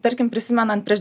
tarkim prisimenant prieš